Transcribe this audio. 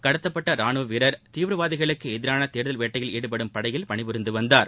கடத்தப்பட்ட ராணுவ வீரர் தீவிரவாதிகளுக்கு எதிரான தேடுதல் வேட்டையில் ஈடுபடும் படையில் பணிபுரிந்து வந்தார்